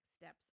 steps